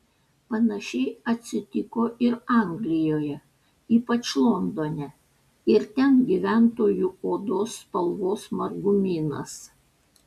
panašiai atsitiko ir anglijoje ypač londone ir ten gyventojų odos spalvos margumynas